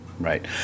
Right